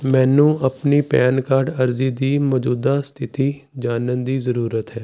ਮੈਨੂੰ ਆਪਣੀ PAN card ਅਰਜ਼ੀ ਦੀ ਮੌਜੂਦਾ ਸਥਿਤੀ ਜਾਣਨ ਦੀ ਜ਼ਰੂਰਤ ਹੈ